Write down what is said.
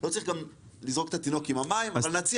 לא צריך גם לזרוק את התינוק עם המים, אבל נציע.